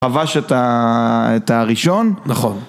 כבש את הראשון? נכון